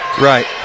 Right